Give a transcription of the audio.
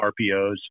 RPOs